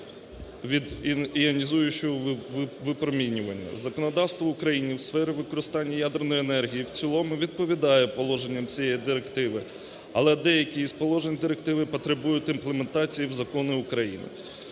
від іонізуючого випромінювання. Законодавство в Україні у сфері використання ядерної енергії і в цілому відповідає положенням цієї директиви, але деякі із положень директиви потребують імплементації в закони України.